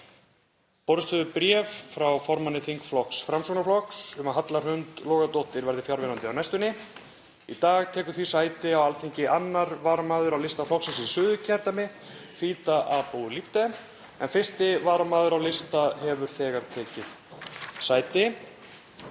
Borist hefur bréf frá formanni þingflokks Framsóknarflokks um að Halla Hrund Logadóttir verði fjarverandi á næstunni. Í dag tekur því sæti á Alþingi 2. varamaður á lista flokksins í Suðurkjördæmi, Fida Abu Libdeh, en 1. varamaður á lista hefur þegar tekið sæti.